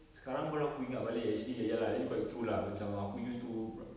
sekarang aku baru ingat balik actually ya lah actually quite true lah macam aku used to pr~